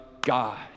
God